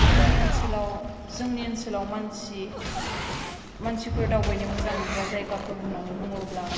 आंनि ओनसोलाव जोंनि ओनसोलाव मानसि मानसिफोर दावबायनो मोजां मोनग्रा जायगाफोर होननानै बुंङोब्ला